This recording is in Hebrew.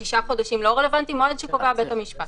השישה חודשים לא רלוונטיים - מועד שקובע בית המשפט